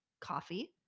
coffee